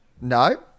No